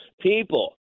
people